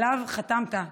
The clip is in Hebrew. שעליו חתמת,